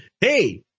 hey